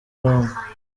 roma